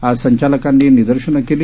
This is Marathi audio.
आजसंचालकांनीनिदर्शनंकेली